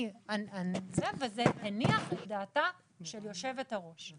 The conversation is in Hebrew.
זה הניח את דעתה של יושבת הראש.